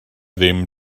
ddim